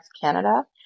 Canada